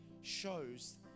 shows